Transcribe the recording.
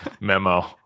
Memo